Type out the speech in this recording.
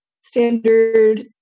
standard